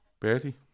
Bertie